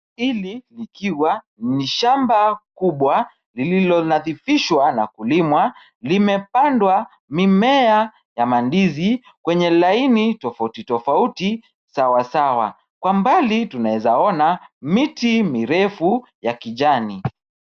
Hili likiwa ni shamba kubwa lililoladhifishwa na kulimwa limepandwa mimea ya mandizi kwenye laini tofauti tofauti sawa sawa kwa mbali tunaeza ona miti mirefu ya kijani.